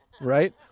Right